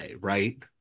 right